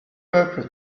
peuple